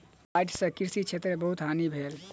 बाइढ़ सॅ कृषि क्षेत्र में बहुत हानि भेल